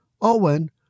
Owen